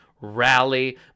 rally